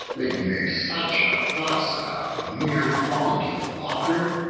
when you make such a fuss about a mere fall into the water?